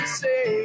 say